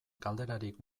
galderarik